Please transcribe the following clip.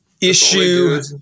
Issue